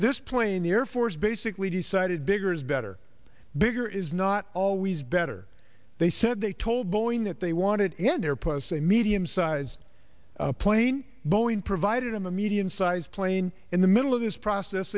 this plane the air force basically decided bigger is better bigger is not always better they said they told boeing that they wanted in their press a medium sized plane boeing provided a medium sized plane in the middle of this process